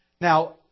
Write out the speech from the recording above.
Now